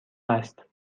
است